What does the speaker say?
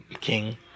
King